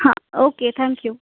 हां okay thank you